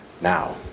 now